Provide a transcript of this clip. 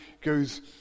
goes